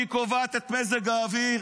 היא קובעת את מזג האוויר,